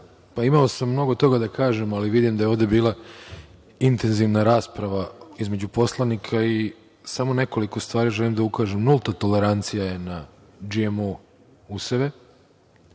se. Imao sam mnogo toga da kažem, ali vidim da je ovde bila intenzivna rasprava između poslanika. Samo nekoliko stvari želim da ukažem. Nulta tolerancija je na GMO useve,